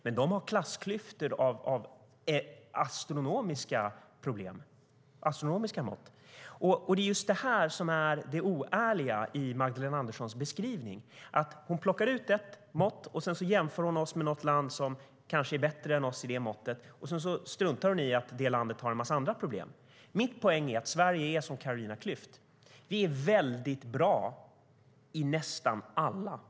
Men de har klassklyftor av astronomiska mått. Min poäng är att Sverige är som Carolina Klüft: Vi är väldigt bra beträffande nästan alla mått.